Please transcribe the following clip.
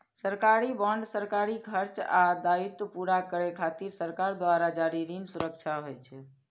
सरकारी बांड सरकारी खर्च आ दायित्व पूरा करै खातिर सरकार द्वारा जारी ऋण सुरक्षा होइ छै